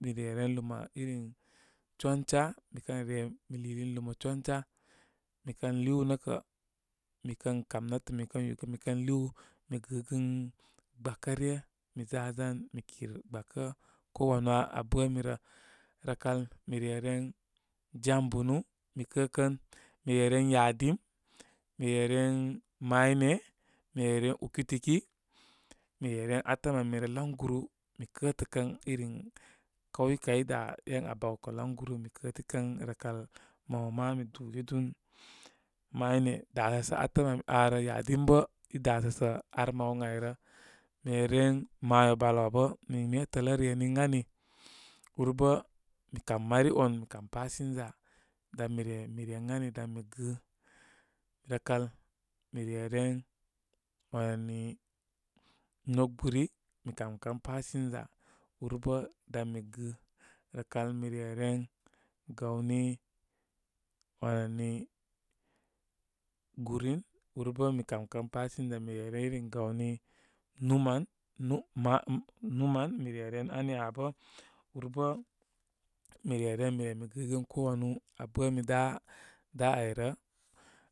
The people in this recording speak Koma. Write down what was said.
Mire ren luma irin chonchá mikə re mi liilin luma choncha. Mikən liiwnə kə, mi kən kam nétə mikən yugə mikən liiw, mi gɨgɨn gbəkə ryə. Miza zan mi kir gbakə. Ko wanu aa bə mirə. Rəkal mi reren jambunu, mi kəkə. Mi reren yadim, mire nen ma ine, mi re ren uki-tuki, mi reren atəm ami rə layguru. Mikə təkən iri kayukai i da én abə aw kə laŋguru, mi kə tikən. Rəkal mawa ma mi dúgidun. Maine dasə sə atəm ami aa rə nə yadim bə i da sə sə ar maw ən ayrə. Mi reren mayo balwa bə, min metələ re ni ən ani. Úrbə mi kám mari on. Mi kám passenger. Dan mire- mire ən ani dan mi gɨ. Rəkal, mi reren wani nok buri mi kamkan pasenger. úr bə dan migɨ. Rəkal mi reren gawni wanani, gurin ur bə mi kamkan passenger, mi reren irin gawni numan, nu, ma, numan mi rerea ani aa bə. Úrbə mire renn mi re mi gɨgɨn ko wanu aa bəmi dá, dá ayrə.